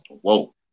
Whoa